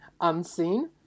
unseen